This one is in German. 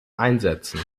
einsetzen